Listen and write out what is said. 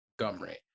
Montgomery